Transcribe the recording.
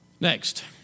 Next